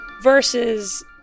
Versus